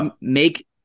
make